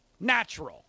natural